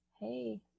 hey